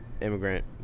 immigrant